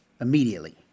immediately